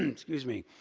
excuse me,